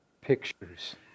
pictures